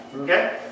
Okay